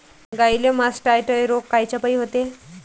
गाईले मासटायटय रोग कायच्यापाई होते?